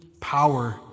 power